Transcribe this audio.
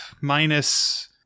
minus